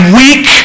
weak